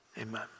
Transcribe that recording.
amen